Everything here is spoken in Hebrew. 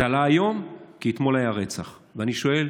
זה עלה היום כי אתמול היה רצח, ואני שואל: